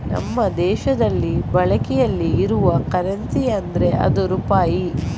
ನಮ್ಮ ದೇಶದಲ್ಲಿ ಬಳಕೆಯಲ್ಲಿ ಇರುವ ಕರೆನ್ಸಿ ಅಂದ್ರೆ ಅದು ರೂಪಾಯಿ